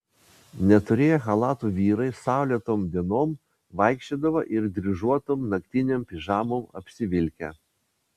neturėję chalatų vyrai saulėtom dienom vaikščiodavo ir dryžuotom naktinėm pižamom apsivilkę